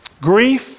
Grief